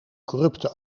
corrupte